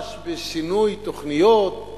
שנדרש בשינוי תוכניות,